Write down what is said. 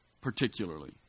particularly